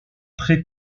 très